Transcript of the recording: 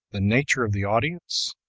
the nature of the audience,